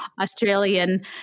Australian